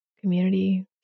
community